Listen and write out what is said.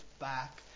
back